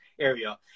area